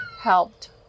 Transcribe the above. helped